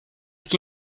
qui